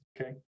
okay